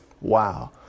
Wow